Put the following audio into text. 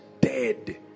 dead